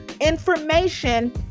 information